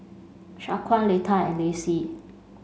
Shaquan Letta and Lacie